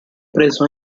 preso